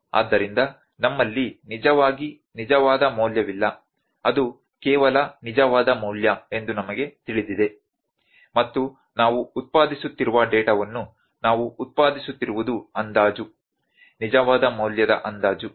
ಆದ್ದರಿಂದ ನಮ್ಮಲ್ಲಿ ನಿಜವಾಗಿ ನಿಜವಾದ ಮೌಲ್ಯವಿಲ್ಲ ಅದು ಕೆಲವು ನಿಜವಾದ ಮೌಲ್ಯ ಎಂದು ನಮಗೆ ತಿಳಿದಿದೆ ಮತ್ತು ನಾವು ಉತ್ಪಾದಿಸುತ್ತಿರುವ ಡೇಟಾವನ್ನು ನಾವು ಉತ್ಪಾದಿಸುತ್ತಿರುವುದು ಅಂದಾಜು ನಿಜವಾದ ಮೌಲ್ಯದ ಅಂದಾಜು